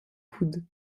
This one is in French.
coudes